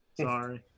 Sorry